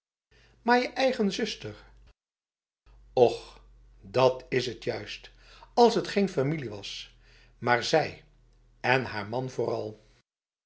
maar je eigen zusterf och dat is het juist als het geen familie was maar zij en haar man